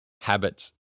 habits